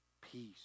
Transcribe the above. Peace